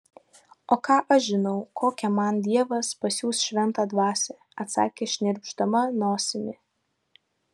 o ką aš žinau kokią man dievas pasiųs šventą dvasią atsakė šnirpšdama nosimi